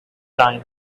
time